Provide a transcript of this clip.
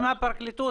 אם הפרקליטות